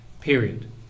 period